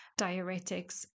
diuretics